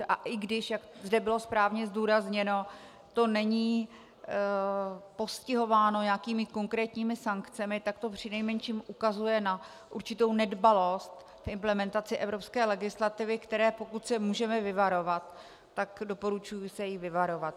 A i když, jak zde bylo správně zdůrazněno, to není postihováno nějakými konkrétními sankcemi, tak to přinejmenším ukazuje na určitou nedbalost v implementaci evropské legislativy, které, pokud se můžeme vyvarovat, doporučuji se jí vyvarovat.